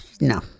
no